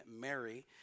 Mary